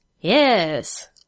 Yes